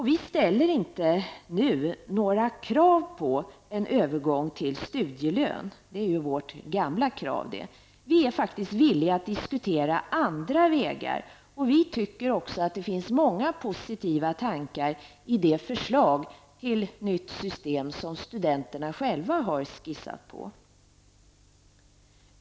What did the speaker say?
Vi ställer inte nu några krav på en övergång till studielön. Det är vårt gamla krav. Vi är faktiskt villiga att diskutera andra vägar. Vi tycker också att det finns många positiva tankar i det förslag till nytt system som studenterna själva har skissat på.